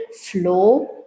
flow